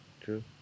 true